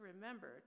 remember